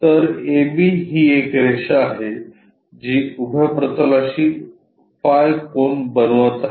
तर AB ही एक रेषा आहे जी उभ्या प्रतलाशी फाय कोन बनवत आहे